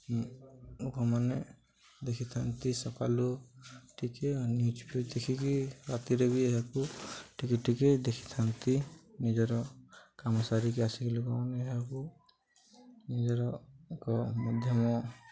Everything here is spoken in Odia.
ଲୋକମାନେ ଦେଖିଥାନ୍ତି ସକାଲୁ ଟିକେ ନ୍ୟୁଜ୍ ପେଜ ଦେଖିକି ରାତିରେ ବି ଏହାକୁ ଟିକେ ଟିକେ ଦେଖିଥାନ୍ତି ନିଜର କାମ ସାରିକି ଆସିକି ଲୋକମାନେ ଏହାକୁ ନିଜର ଏକ ମଧ୍ୟମ